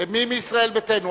מי מישראל ביתנו,